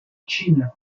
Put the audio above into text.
china